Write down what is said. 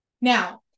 Now